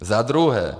Zadruhé.